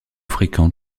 fréquente